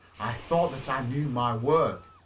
i thought that i knew my work.